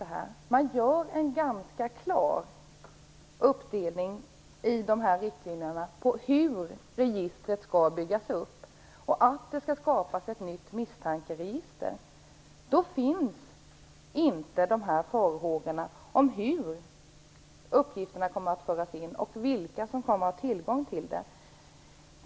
Det görs i de här riktlinjerna en ganska klar uppdelning i fråga om hur registret skall byggas upp, och det sägs att det skall skapas ett nytt misstankeregister. Det finns inte några farhågor i fråga om hur uppgifterna kommer att föras in och vilka som kommer att ha tillgång till dem.